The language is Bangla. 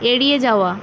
এড়িয়ে যাওয়া